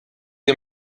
ihr